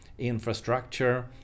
infrastructure